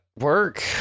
work